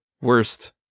worst